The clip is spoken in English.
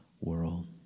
world